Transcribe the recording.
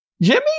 Jimmy